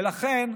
ולכן,